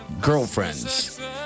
girlfriends